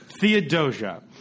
Theodosia